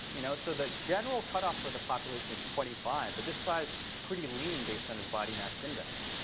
you know, so the general cut off for the population is twenty five, but this guy's pretty lean, based on his body mass index.